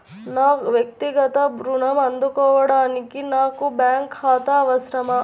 నా వక్తిగత ఋణం అందుకోడానికి నాకు బ్యాంక్ ఖాతా అవసరమా?